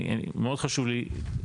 אני מאוד חשוב לי,